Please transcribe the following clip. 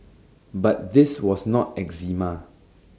but this was not eczema